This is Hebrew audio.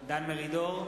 דן מרידור,